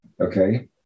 okay